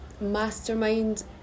mastermind